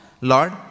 Lord